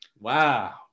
wow